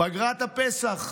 פגרת הפסח.